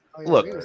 Look